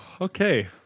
okay